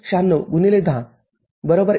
०९६ १० १